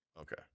Okay